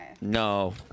No